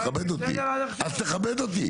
תכבד אותי